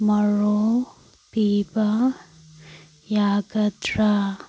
ꯃꯔꯣꯜ ꯄꯤꯕ ꯌꯥꯒꯗ꯭ꯔ